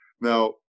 Now